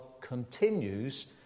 continues